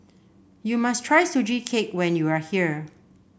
you must try Sugee Cake when you are here